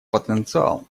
потенциал